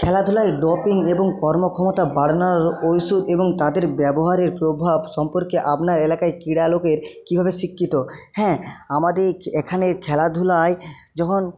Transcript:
খেলাধুলায় ডোপিং এবং কর্মক্ষমতা বাড়ানোর ঔষুধ এবং তাদের ব্যবহারের প্রভাব সম্পর্কে আপনার এলাকায় ক্রীড়া লোকের কীভাবে শিক্ষিত হ্যাঁ আমাদের এখানে খেলাধুলায় যখন